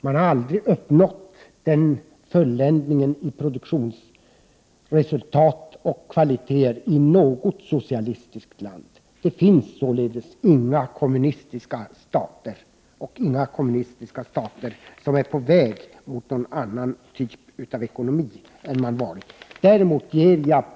Man har aldrig uppnått den fulländningen i produktionsresultat och kvaliteter i något socialistiskt land. Det finns således inga kommunistiska stater och inga kommunistiska stater som är på väg mot någon annan typ av ekonomi än den som hittills funnits.